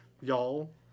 Y'all